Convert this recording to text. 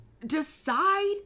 decide